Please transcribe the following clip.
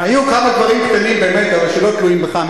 היו כמה דברים קטנים, באמת, אבל שלא תלויים בך.